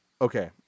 okay